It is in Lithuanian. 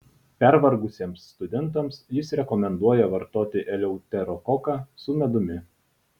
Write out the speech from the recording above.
pervargusiems studentams jis rekomenduoja vartoti eleuterokoką su medumi